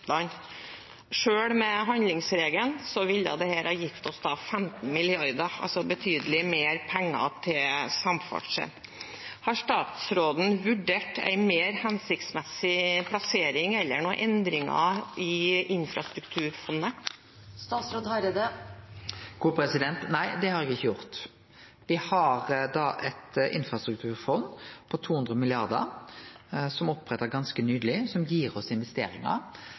gitt oss 15 mrd. kr, altså betydelig mer penger til samferdsel. Har statsråden vurdert en mer hensiktsmessig plassering eller noen endringer i infrastrukturfondet? Nei, det har eg ikkje gjort. Me har eit infrastrukturfond på 200 mrd. kr, som er oppretta ganske nyleg, som gir oss investeringar,